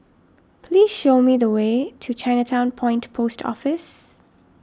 please show me the way to Chinatown Point Post Office